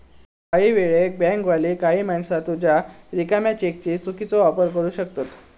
काही वेळेक बँकवाली काही माणसा तुझ्या रिकाम्या चेकचो चुकीचो वापर करू शकतत